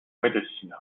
médecine